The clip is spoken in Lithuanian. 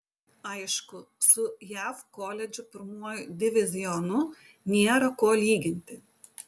aišku su jav koledžų pirmuoju divizionu nėra ko lyginti